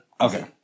Okay